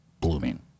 blooming